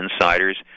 insiders